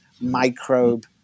microbe